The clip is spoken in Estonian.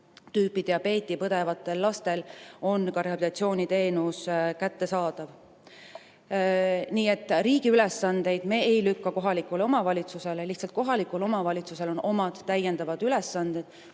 tüüpi diabeeti põdevatele lastele on ka rehabilitatsiooniteenus kättesaadav. Nii et riigi ülesandeid ei lükka me kohalikule omavalitsusele, lihtsalt kohalikul omavalitsusel on omad täiendavad ülesanded,